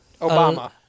Obama